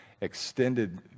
extended